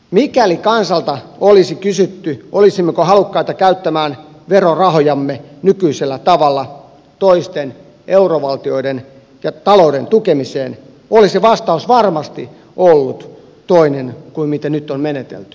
mikäli kansalta olisi kysytty olisimmeko halukkaita käyttämään verorahojamme nykyisellä tavalla toisten eurovaltioiden ja talouden tukemiseen olisi vastaus varmasti ollut toinen kuin miten nyt on menetelty